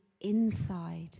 inside